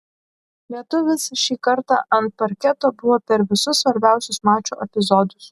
lietuvis šį kartą ant parketo buvo per visus svarbiausius mačo epizodus